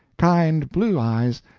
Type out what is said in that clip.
kind blue eyes,